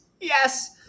Yes